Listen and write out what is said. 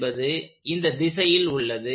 என்பது இந்த திசையில் உள்ளது